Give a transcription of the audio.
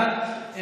בעד,